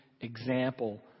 example